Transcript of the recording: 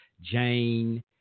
Jane